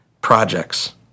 projects